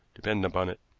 depend upon it.